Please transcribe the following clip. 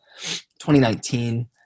2019